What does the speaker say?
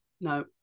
No